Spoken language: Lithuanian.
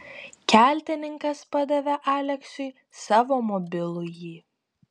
keltininkas padavė aleksiui savo mobilųjį